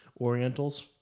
orientals